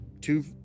two